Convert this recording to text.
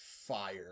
fire